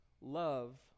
love